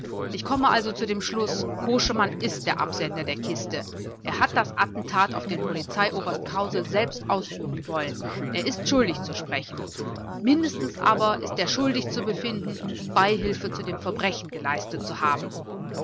ich komme also zu dem schluß koschemann ist der absender der kiste er hat das attentat auf den polizeioberst krause selbst ausführen wollen er ist schuldig zu sprechen mindestens aber ist er schuldig zu befinden beihilfe zu dem verbrechen geleistet zu haben